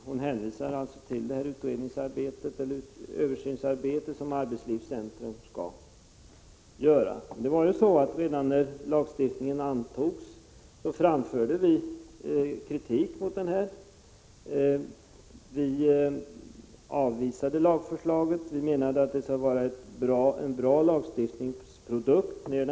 Hon hänvisar också till det översynsarbete som arbetslivscentrum skall företa. Redan då lagstiftningen antogs framförde vi kritik mot den. Vi avvisade lagförslaget och menade att en lag bör vara en bra produkt redan då den antas av riksdagen.